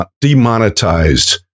demonetized